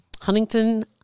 huntington